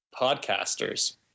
podcasters